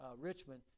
Richmond